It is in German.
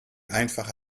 einfach